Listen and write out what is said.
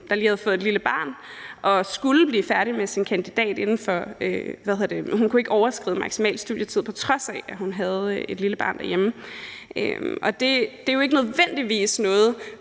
der lige havde fået et lille barn og skulle blive færdig med sin kandidat, for hun måtte ikke overskride den maksimale studietid, på trods af at hun havde et lille barn derhjemme. Det er jo ikke nødvendigvis noget,